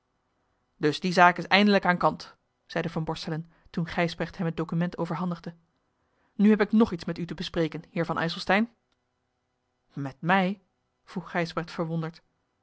dus die zaak is eindelijk aan kant zeide van borselen toen gijsbrecht hem het document overhandigde nu heb ik nog iets met u te bespreken heer van ijselstein met mij vroeg gijsbrecht verwonderd